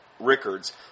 Rickards